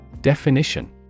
Definition